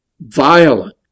Violent